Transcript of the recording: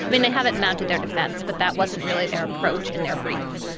i mean, they haven't mounted their defense, but that wasn't really their approach in their brief.